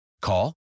Call